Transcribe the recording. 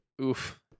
Oof